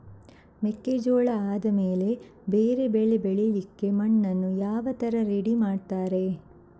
ಮೆಕ್ಕೆಜೋಳ ಆದಮೇಲೆ ಬೇರೆ ಬೆಳೆ ಬೆಳಿಲಿಕ್ಕೆ ಮಣ್ಣನ್ನು ಯಾವ ತರ ರೆಡಿ ಮಾಡ್ತಾರೆ?